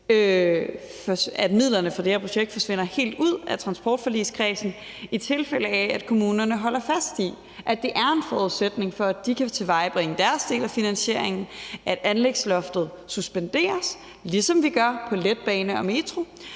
at midlerne til her projekt forsvinder helt ud af transportforligskredsen, i tilfælde af at kommunerne holder fast i, at det er en forudsætning for, at de kan tilvejebringe deres del af finansieringen, at anlægsloftet suspenderes, ligesom vi gør i forbindelse med